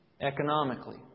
economically